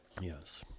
Yes